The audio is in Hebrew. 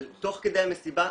על תוך כדי המסיבה,